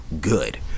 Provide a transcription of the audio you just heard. good